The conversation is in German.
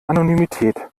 anonymität